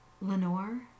Lenore